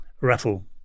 raffle